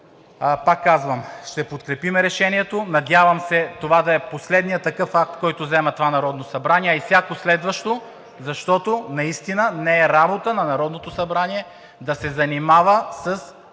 пак казвам, ще подкрепим Решението. Надявам се това да е последният такъв акт, който взема това Народно събрание, а и всяко следващо, защото наистина не е работа на Народното събрание да се занимава с